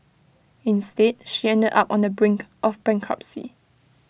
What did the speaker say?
instead she ended up on the brink of bankruptcy